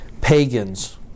pagans